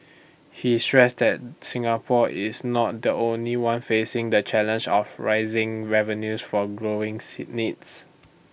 he stressed that Singapore is not the only one facing the challenge of rising revenues for growing sit needs